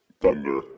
Thunder